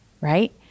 Right